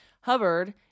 Hubbard